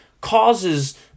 causes